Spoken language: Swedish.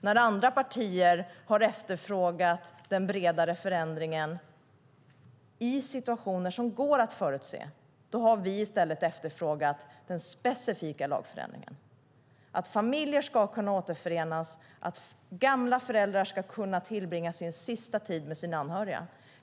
När andra partier har efterfrågat den bredare förändringen i situationer som går att förutse har vi i stället efterfrågat den specifika lagförändringen - att familjer ska kunna återförenas så att gamla föräldrar ska kunna tillbringa sin sista tid med sina anhöriga.